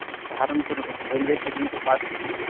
Saharanpur railway station کے پاس ہی